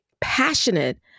passionate